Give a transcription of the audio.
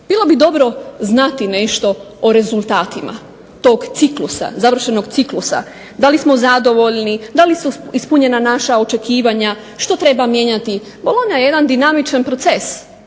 bilo bi dobro znati nešto o rezultatima tog završenog ciklusa. Da li smo zadovoljni? Da li su ispunjena naša očekivanja? Što treba mijenjati? Bolonja je jedan dinamičan proces,